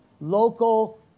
local